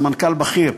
סמנכ"ל בכיר,